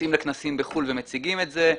נוסעים לכנסים בחו"ל ומציגים את זה,